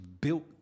built